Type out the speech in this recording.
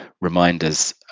reminders